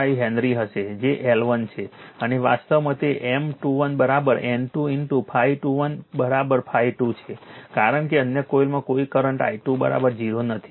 7265 henry હશે જે L1 છે અને વાસ્તવમાં તે M21 N2 ∅21 ∅2 છે કારણ કે અન્ય કોઇલમાં કોઈ કરંટ i2 0 નથી